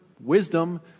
wisdom